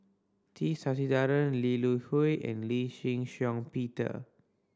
T Sasitharan Lee Hui and Lee Shin Shiong Peter